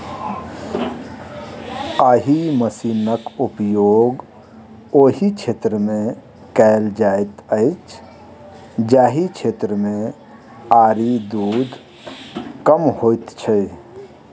एहि मशीनक उपयोग ओहि क्षेत्र मे कयल जाइत अछि जाहि क्षेत्र मे आरि धूर कम होइत छै